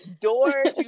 doors